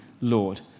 Lord